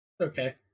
Okay